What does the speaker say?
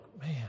man